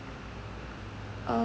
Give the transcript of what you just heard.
uh